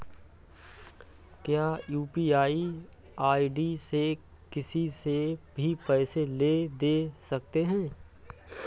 क्या UPI ID से किसी से भी पैसे ले दे सकते हैं?